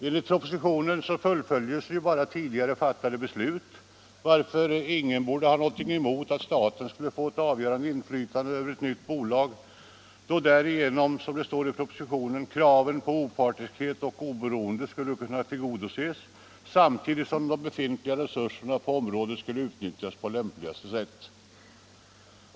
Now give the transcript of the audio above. Enligt propositionen fullföljs bara tidigare fattade beslut, varför ingen borde ha något emot att staten får ett avgörande inflytande över ett nytt bolag, då därigenom — som det heter i propositionen — kraven på opartiskhet och oberoende skulle kunna tillgodoses samtidigt som de befintliga resurserna på området skulle utnyttjas på lämpligaste sätt.